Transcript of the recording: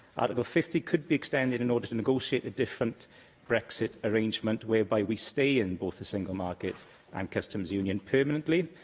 article fifty could be extended in order to negotiate a different brexit arrangement whereby we stay in both the single market and um customs union permanently,